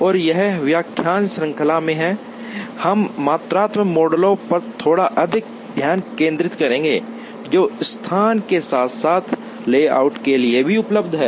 और इस व्याख्यान श्रृंखला में हम मात्रात्मक मॉडल पर थोड़ा अधिक ध्यान केंद्रित करेंगे जो स्थान के साथ साथ लेआउट के लिए भी उपलब्ध हैं